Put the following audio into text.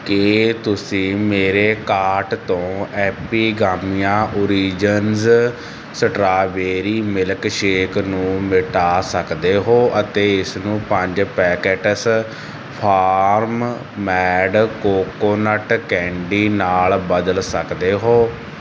ਕੀ ਤੁਸੀਂ ਮੇਰੇ ਕਾਰਟ ਤੋਂ ਐਪੀਗਾਮੀਆ ਓਰੀਜਨਸ ਸਟ੍ਰਾਬੇਰੀ ਮਿਲਕਸ਼ੇਕ ਨੂੰ ਮਿਟਾ ਸਕਦੇ ਹੋ ਅਤੇ ਇਸਨੂੰ ਪੰਜ packets farm made coconut candy ਨਾਲ ਬਦਲ ਸਕਦੇ ਹੋ